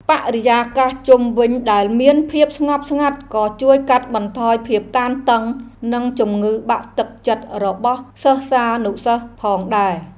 បរិយាកាសជុំវិញដែលមានភាពស្ងប់ស្ងាត់ក៏ជួយកាត់បន្ថយភាពតានតឹងនិងជំងឺបាក់ទឹកចិត្តរបស់សិស្សានុសិស្សផងដែរ។